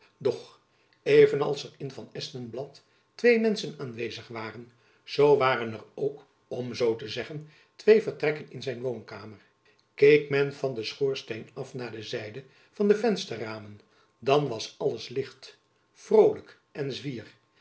doch even als er in van espenblad twee menschen aanwezig waren zoo waren er ook om zoo te zeggen twee vertrekken in zijn woonkamer keek men van den schoorsteen af naar de zijde van de vensterramen dan was alles licht vrolijkheid en zwier